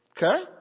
Okay